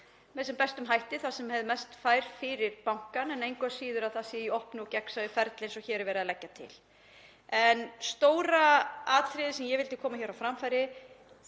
með sem bestum hætti þar sem hvað mest fæst fyrir bankann en engu að síður að það sé í opnu og gegnsæju ferli eins og hér er verið að leggja til. En stóra atriðið sem ég vildi koma á framfæri